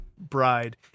bride